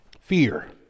Fear